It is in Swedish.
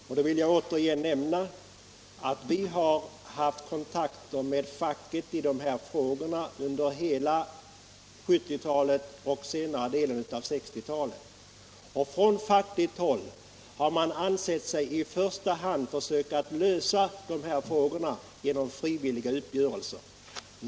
Låt mig då säga ännu en gång att vi har haft kontakt med facket i dessa frågor under senare delen av 1960-talet och under hela 1970-talet, och från fackligt håll har man ansett sig i första hand böra försöka lösa problemen genom frivilliga överenskommelser.